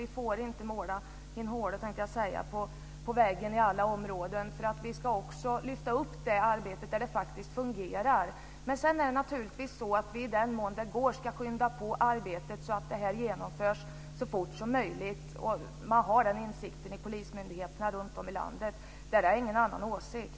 Vi får inte måla hin håle, tänkte jag säga, på väggen på alla områden. Vi ska också lyfta upp arbetet där det faktiskt fungerar. Men sedan ska vi naturligtvis i den mån det går skynda på arbetet, så att det här genomförs så fort som möjligt. Man har den insikten på polismyndigheterna runtom i landet. Där har jag ingen annan åsikt.